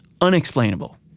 unexplainable